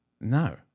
No